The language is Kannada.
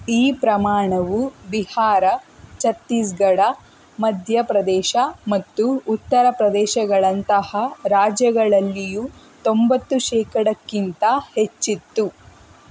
ಈ ಪ್ರಮಾಣವು ಬಿಹಾರ ಛತ್ತೀಸ್ಗಢ ಮಧ್ಯ ಪ್ರದೇಶ ಮತ್ತು ಉತ್ತರ ಪ್ರದೇಶಗಳಂತಹ ರಾಜ್ಯಗಳಲ್ಲಿಯೂ ತೊಂಬತ್ತು ಶೇಕಡಾಕ್ಕಿಂತ ಹೆಚ್ಚಿತ್ತು